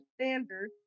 standard